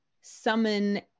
summon